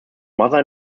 mother